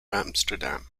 amsterdam